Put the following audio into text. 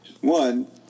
One